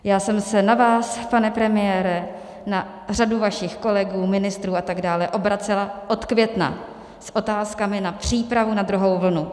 Já jsem se na vás, pane premiére, na řadu vašich kolegů, ministrů atd. obracela od května s otázkami na přípravu na druhou vlnu.